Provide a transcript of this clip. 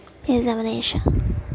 examination